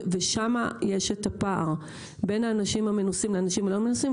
ושם יש את הפער בין האנשים המנוסים לאנשים הלא מנוסים.